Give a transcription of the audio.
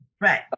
Right